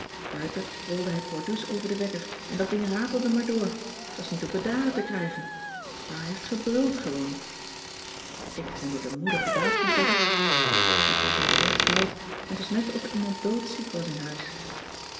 buiten rolde hij pardoes over den wekker en dat ding ratelde maar door t was niet tot bedaren te krijgen pa heeft gebruld gewoon ik vond het een moedige daad van pop we kregen het erg koud en t was net of er iemand doodziek was in huis